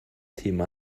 thema